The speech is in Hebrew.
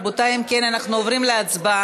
רבותי, אם כן, אנחנו עוברים להצבעה.